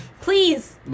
please